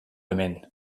hemen